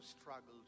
struggles